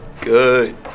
good